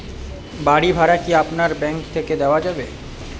বাড়ী ভাড়া কি আপনার ব্যাঙ্ক থেকে দেওয়া যাবে?